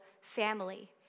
family